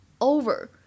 over